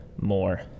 more